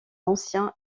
anciens